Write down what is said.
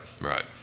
Right